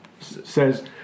says